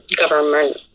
government